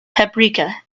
paprika